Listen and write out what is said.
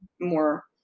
more